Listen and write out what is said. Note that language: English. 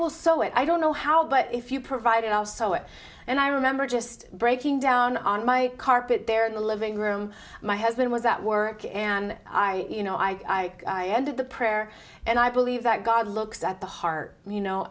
will sew it i don't know how but if you provided also it and i remember just breaking down on my carpet there in the living room my husband was at work and i you know i did the prayer and i believe that god looks at the heart you know